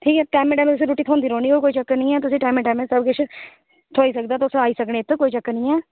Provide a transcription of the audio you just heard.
ओह् टैमें टैमें दी तुसेगी रुट्टी थ्होंदी ओह् कोई चक्कर निं ऐ टैमें टैमें दा सबकुछ थ्होई सकदा तुस आई सकने कोई चक्कर निं ऐ